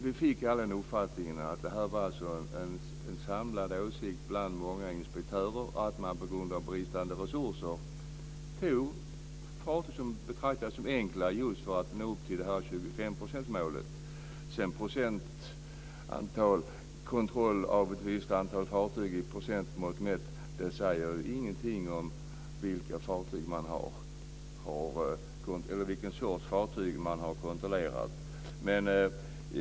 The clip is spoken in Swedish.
Vi fick alla uppfattningen att det var en samlad åsikt bland många inspektörer att man på grund av bristande resurser tog fartyg som betraktades som enkla just för att nå upp till 25-procentsmålet. Procentsatser när det gäller kontroll av ett visst antal fartyg säger ju ingenting om vilken sorts fartyg man har kontrollerat.